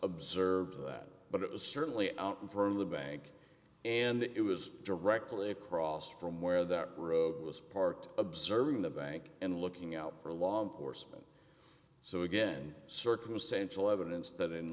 observed that but it was certainly out in front of the bank and it was directly across from where that robot ringback was parked observing the bank and looking out for law enforcement so again circumstantial evidence that